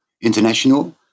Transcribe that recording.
international